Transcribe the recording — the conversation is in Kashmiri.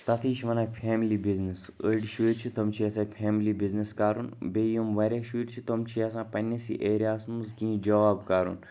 تَتھٕے چھِ وَنان فیملی بِزنٮ۪س أڑۍ شُرۍ چھِ تِم چھِ یَژھان فیملی بِزنٮ۪س کَرُن بیٚیہِ یِم واریاہ شُرۍ چھِ تِم چھِ یَژھان پنٛنِسٕے ایریا ہس منٛز کینٛہہ جاب کرُن